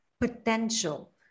potential